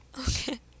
okay